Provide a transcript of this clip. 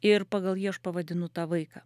ir pagal jį aš pavadinu tą vaiką